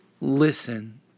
listen